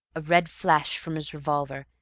a red flash from his revolver,